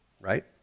right